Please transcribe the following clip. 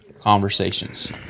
conversations